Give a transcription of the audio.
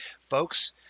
folks